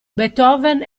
beethoven